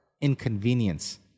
inconvenience